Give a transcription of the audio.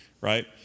Right